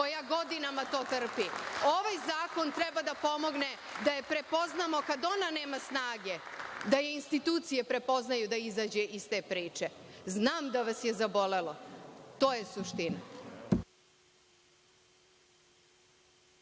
koja godinama to trpi. Ovaj zakon treba da pomogne da je prepoznamo kada ona nema snage, da je institucije prepoznaju da izađe iz te priče. Znam da vas je zabolelo. To je suština.